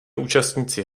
účastníci